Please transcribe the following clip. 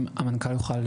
אם המנכ"ל יוכל,